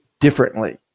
differently